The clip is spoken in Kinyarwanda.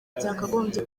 byakagombye